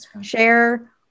share